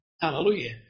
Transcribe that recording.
Hallelujah